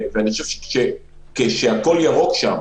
אני חושב שכאשר הכול ירוק שם,